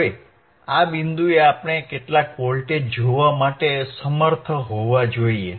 હવે આ બિંદુએ આપણે કેટલાક વોલ્ટેજ જોવા માટે સમર્થ હોવા જોઈએ